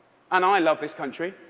and i love this country.